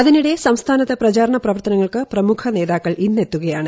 അതിനിടെ സംസ്ഥാനത്ത് പ്രചാരണ പ്രവർത്തനങ്ങൾക്ക് പ്രമുഖ നേതാക്കൾ ഇന്ന് എത്തുകയാണ്